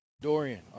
Dorian